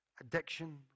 addiction